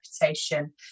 reputation